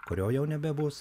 kurio jau nebebus